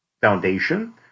foundation